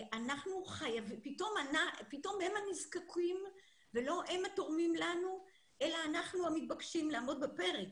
פתאום הם הנזקקים ולא הם התורמים לנו אלא אנחנו המתבקשים לעמוד בפרץ.